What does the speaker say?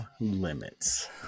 limits